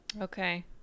Okay